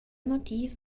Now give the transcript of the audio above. motiv